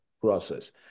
process